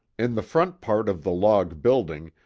in the front part of the log building,